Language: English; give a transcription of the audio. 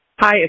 Hi